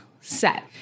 set